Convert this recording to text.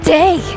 day